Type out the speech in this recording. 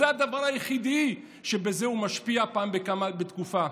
זה הדבר היחידי שבו הוא משפיע פעם בתקופה.